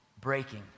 breaking